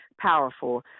powerful